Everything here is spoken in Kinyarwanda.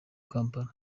kampala